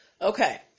Okay